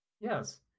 Yes